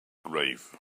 grave